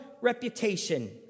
reputation